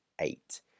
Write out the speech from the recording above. eight